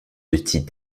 petits